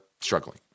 struggling